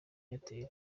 airtel